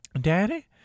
Daddy